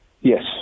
Yes